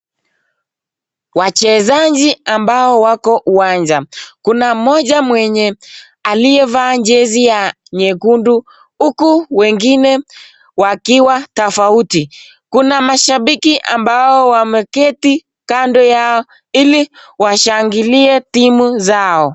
Wachezaji ambao wako uwanja, kuna mmoja mwenye aliyevaa jezi moja nyekundu , huku wengine wakiwa tofauti, kuna mashabiki ambao wameketi kando yao ili washangilie timu zao.